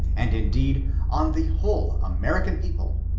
and indeed on the whole amencan people,